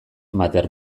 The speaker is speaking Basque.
matter